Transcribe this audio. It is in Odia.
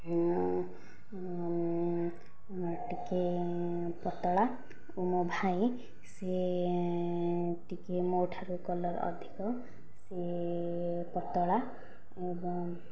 ମୁଁ ଟିକିଏ ପତଳା ମୋ ଭାଇ ସିଏ ଟିକିଏ ମୋ ଠାରୁ କଲର ଅଧିକ ସିଏ ପତଳା ଏବଂ